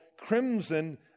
crimson